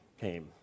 came